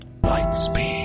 Lightspeed